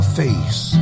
face